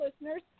listeners